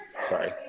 Sorry